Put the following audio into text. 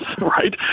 right